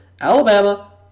Alabama